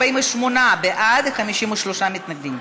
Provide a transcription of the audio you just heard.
48 בעד, 53 מתנגדים.